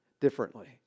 differently